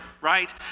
right